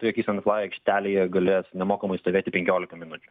toj kiss and flight aikštelėje galės nemokamai stovėti penkiolika minučių